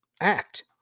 act